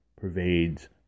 pervades